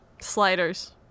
sliders